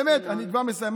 באמת, אני כבר מסיים.